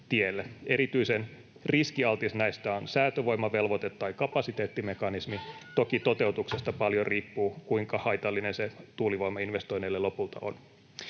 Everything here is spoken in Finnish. Erityisen riskialtis näistä on säätövoimavelvoite tai kapasiteettimekanismi. Toki toteutuksesta paljon riippuu, kuinka haitallinen se tuulivoimainvestoinneille lopulta on.